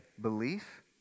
belief